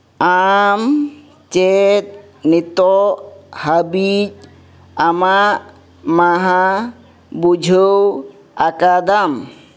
ᱟᱢ ᱪᱮᱫ ᱱᱤᱛᱚᱜ ᱦᱟᱹᱵᱤᱡ ᱟᱢᱟᱜ ᱢᱟᱦᱟ ᱵᱩᱡᱷᱟᱹᱣ ᱟᱠᱟᱫᱟᱢ